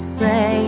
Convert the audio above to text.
say